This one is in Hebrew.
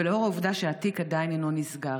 ולאור העובדה שהתיק עדיין אינו נסגר,